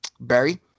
Barry